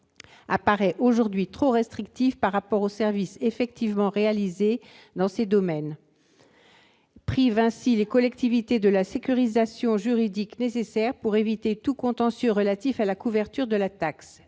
apparaît aujourd'hui trop restrictif par rapport aux services effectivement réalisés dans ces domaines, privant ainsi les collectivités de la sécurisation juridique nécessaire pour éviter tout contentieux relatif à la couverture de la taxe.